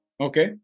Okay